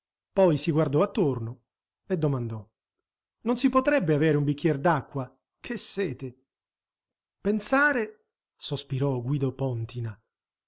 poi si guardò attorno e domandò non si potrebbe avere un bicchier d'acqua che sete pensare sospirò guido póntina